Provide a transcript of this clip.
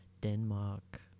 Denmark